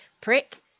prick